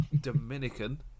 Dominican